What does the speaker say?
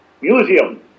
museum